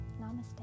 Namaste